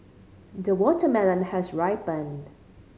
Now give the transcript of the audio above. the watermelon has ripened